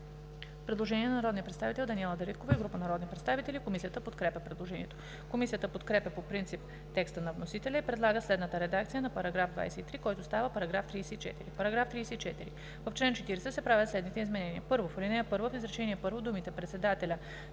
Предложение на народния представител Даниела Дариткова и група народни представители: Комисията подкрепя предложението. Комисията подкрепя по принцип текста на вносителя и предлага следната редакция на § 23, който става § 34: „§ 34. В чл. 40 се правят следните изменения: 1. В ал. 1 в изречение първо думите „председателя